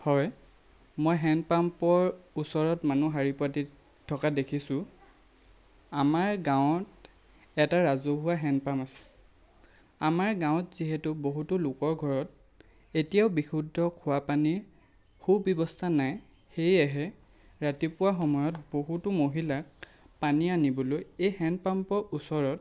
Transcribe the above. হয় মই হেণ্ডপাম্পৰ ওচৰত মানুহ শাৰী পাতি থকা দেখিছোঁ আমাৰ গাঁৱত এটা ৰাজহুৱা হেণ্ডপাম্প আছে আমাৰ গাঁৱত যিহেতু বহুতো লোকৰ ঘৰত এতিয়াও বিশুদ্ধ খোৱাপানীৰ সু ব্যৱস্থা নাই সেয়েহে ৰাতিপুৱা সময়ত বহুতো মহিলাক পানী আনিবলৈ এই হেণ্ডপাম্পৰ ওচৰত